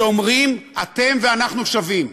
שאומרים: אתם ואנחנו שווים.